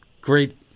great